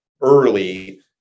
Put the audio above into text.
early